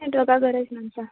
नेटवर्का गरजना आमकां